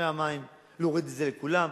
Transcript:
להוריד את זה לכולם.